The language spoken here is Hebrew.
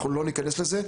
אנחנו לא ניכנס לזה.